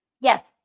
Yes